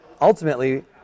ultimately